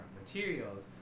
materials